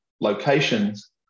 locations